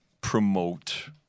promote